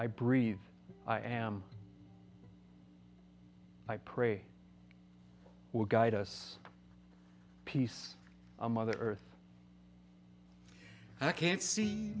i breathe i am i pray will guide us peace mother earth i can't see